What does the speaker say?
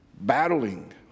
battling